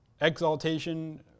exaltation